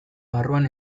barruan